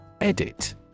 Edit